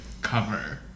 cover